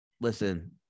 Listen